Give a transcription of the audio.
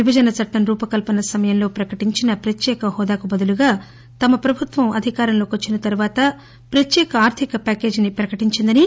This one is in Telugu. విభజన చట్టం రూపకల్పసమయంలో ప్రకటించిన ప్రత్యేక హోదాకు బదులుగా తమ ప్రభుత్వం అధికారంలోకి వచ్చిన తరువాత ప్రత్యేక ఆర్థిక ప్యాకేజిని ప్రకటించగా